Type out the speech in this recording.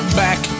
back